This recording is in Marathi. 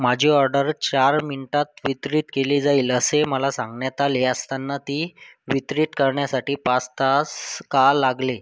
माझी ऑडर चार मिनटात वितरित केली जाईल असे मला सांगण्यात आले असताना ती वितरित करण्यासाठी पाच तास का लागले